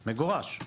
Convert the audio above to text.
מגורש.